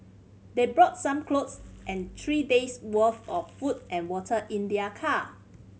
they brought some clothes and three days' worth of food and water in their car